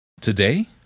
Today